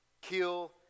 kill